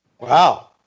Wow